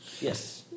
Yes